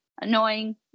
annoying